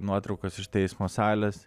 nuotraukas iš teismo salės